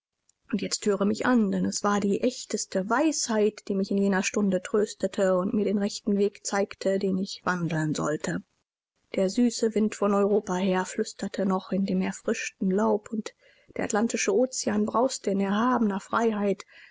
und jetzt höre mich an denn es war die echteste weisheit die mich in jener stunde tröstete und mir den rechten weg zeigte den ich wandeln sollte der süße wind von europa her flüsterte noch in dem erfrischten laub und der atlantische ozean brauste in erhabener freiheit